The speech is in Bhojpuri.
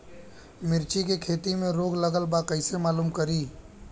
मिर्ची के खेती में रोग लगल बा कईसे मालूम करि?